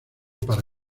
para